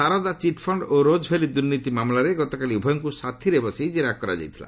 Saradha chit fund ଓ ରୋଜ୍ ଭେଲି ଦୁର୍ନୀତି ମାମଲାରେ ଗତକାଲି ଉଭୟଙ୍କୁ ସାଥିରେ ବସାଇ ଜେରା କରାଯାଇଥିଲା